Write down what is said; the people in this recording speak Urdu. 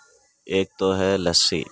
ایک تو ہے لسی